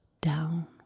down